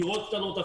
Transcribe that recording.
יש דירות קטנות,